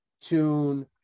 tune